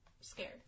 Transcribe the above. scared